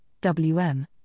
WM